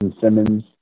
Simmons